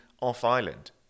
off-island